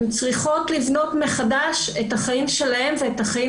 הן צריכות לבנות מחדש את החיים שלהן ואת החיים